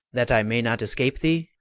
that i may not escape thee?